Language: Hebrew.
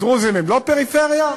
הדרוזיים הם לא פריפריה?